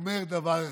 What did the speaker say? אומר דבר אחד: